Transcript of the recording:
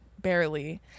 barely